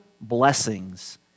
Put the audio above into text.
blessings